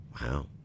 Wow